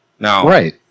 Right